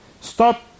Stop